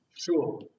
Sure